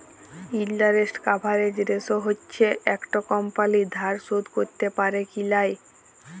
interest coverage ratio হচ্যে একট কমপালি ধার শোধ ক্যরতে প্যারে কি লায়